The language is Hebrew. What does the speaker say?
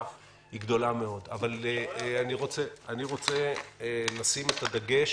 היא גדולה מאוד אבל אני רוצה לשים את הדגש